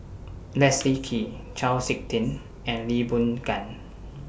Leslie Kee Chau Sik Ting and Lee Boon Ngan